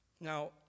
now